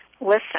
listen